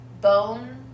bone